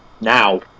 Now